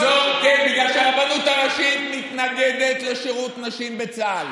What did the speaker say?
בגלל שהרבנות הראשית מתנגדת לשירות נשים בצה"ל.